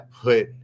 put